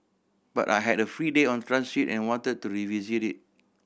but I had a free day on transit and wanted to revisit it